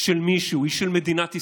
של מישהו, היא של מדינת ישראל.